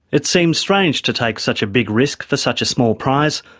it seems strange to take such a big risk for such a small prize,